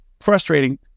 frustrating